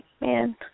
Man